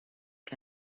que